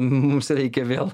mums reikia vėl